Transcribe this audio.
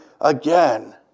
again